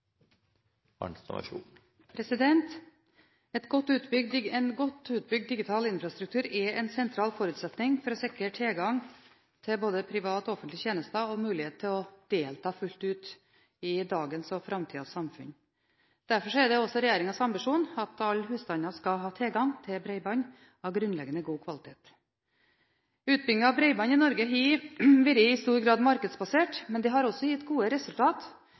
en sentral forutsetning for å sikre tilgang til både private og offentlige tjenester og mulighet til å delta fullt ut i dagens og framtidas samfunn. Derfor er det også regjeringens ambisjon at alle husstander skal ha tilgang til bredbånd av grunnleggende god kvalitet. Utbyggingen av bredbånd i Norge har i stor grad vært markedsbasert, men det har også gitt gode